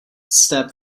step